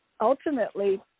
ultimately